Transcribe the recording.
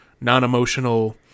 non-emotional